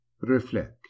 reflect